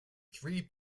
three